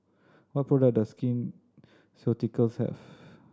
what products does Skin Ceuticals have